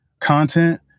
content